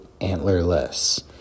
antlerless